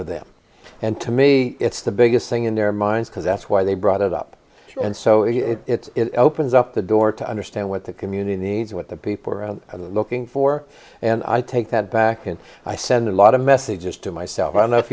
of them and to me it's the biggest thing in their minds because that's why they brought it up and so it opens up the door to understand what the community needs what the people are looking for and i take that back and i send a lot of messages to myself i don't know if